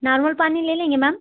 normal पानी ले लेंगे मैम